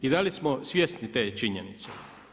I da li smo svjesni te činjenice?